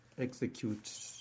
execute